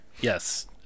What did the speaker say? Yes